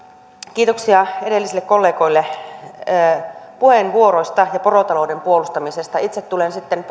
kiitoksia edellisille kollegoille puheenvuoroista ja porotalouden puolustamisesta itse tulen sitten